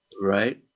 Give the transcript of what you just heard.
right